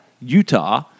Utah